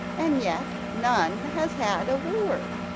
and yet none has had a wooer.